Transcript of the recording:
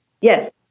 yes